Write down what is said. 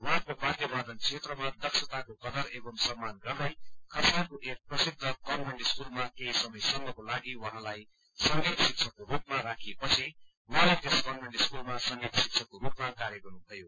उहाँको वाद्यवादन क्षेत्रमा दक्षताको कदर एवं सम्मान गर्दै सम्मान गर्दै खरसाङको एक प्रसिद्ध कन्मेन्ट स्कूलमा केही समयसम्मको लागि उहाँलाई संगीत शिक्षकको रूपमा राखिए पछि उहाँले त्यस कन्भेन्ट स्कूलमा संगीत शिक्षकको रूपमा कार्य गर्नुभयो